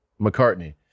McCartney